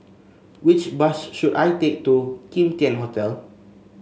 which bus should I take to Kim Tian Hotel